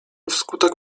wskutek